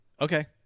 Okay